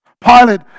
Pilate